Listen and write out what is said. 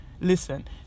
listen